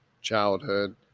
childhood